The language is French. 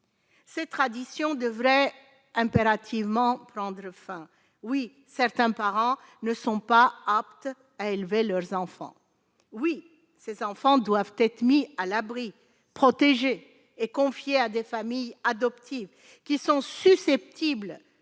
Ces traditions devrait impérativement prendre fin oui, certains parents ne sont pas aptes à élever leurs enfants, oui, ces enfants doivent être mis à l'abri, protéger et confiés à des familles adoptives qui sont susceptibles